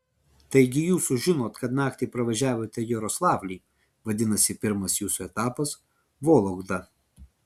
taigi jūs sužinot kad naktį pravažiavote jaroslavlį vadinasi pirmas jūsų etapas vologda